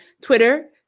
Twitter